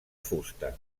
fusta